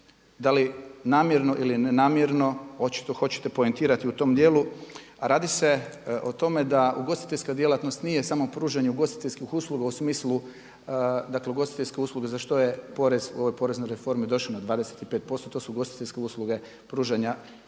da li namjerno ili nenamjerno očito hoćete poentirati u tome dijelu, a radi se o tome da ugostiteljska djelatnost nije samo pružanje ugostiteljskih usluga u smislu, dakle ugostiteljske usluge za što je porez u ovoj poreznoj reformi došao na 25%. To su ugostiteljske usluge pružanja